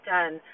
Done